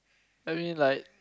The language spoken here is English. I mean like